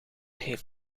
heeft